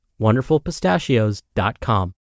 wonderfulpistachios.com